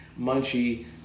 munchie